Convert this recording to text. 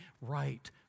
right